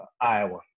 Iowa